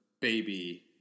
baby